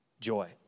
Joy